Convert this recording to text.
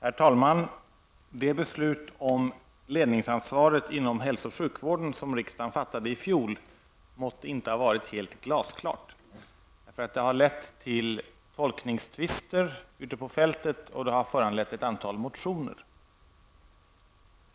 Herr talman! Det beslut om ledningsansvaret inom hälso och sjukvården som riksdagen fattade i fjol måtte inte ha varit helt glasklart. Det har lett till tolkningstvister ute på fältet och det har föranlett ett antal motioner.